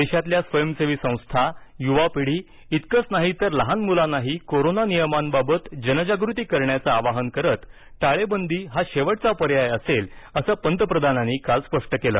देशातल्या स्वयंसेवी संस्था युवा पिढी इतकंच नाही तर लहान मुलांनाही कोरोना नियमांबाबत जनजागृती करण्याचं आवाहन करत टाळेबंदी हा शेवटचा पर्याय असेल असं पंतप्रधानांनी काल स्पष्ट केलं